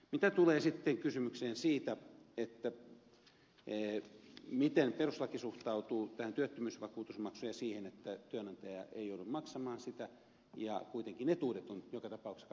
mitä tulee sitten kysymykseen siitä miten perustuslaki suhtautuu tähän työttömyysvakuutusmaksuun ja siihen että työnantaja ei joudu maksamaan sitä ja kuitenkin etuudet on joka tapauksessa kaikille työntekijöille turvattu